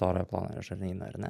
storojo plonojo žarnyno ar ne